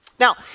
Now